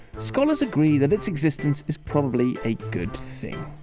scholars agree that its existence is probably a good thing.